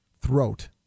throat